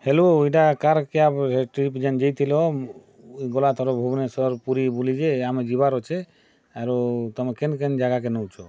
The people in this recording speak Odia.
ହ୍ୟାଲୋ ଇ'ଟା କାର୍ କ୍ୟାବ୍ ଟ୍ରିପ୍ ଯେନ୍ ଯାଇଥିଲ ଗଲାଥର ଭୁବନେଶ୍ୱର୍ ପୁରୀ ବୁଲି ଯେ ଆମେ ଯିବାର୍ ଅଛେ ଆରୁ ତମେ କେନ୍ କେନ୍ ଯାଗାକେ ନେଉଛ